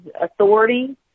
authority